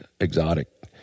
exotic